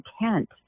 intent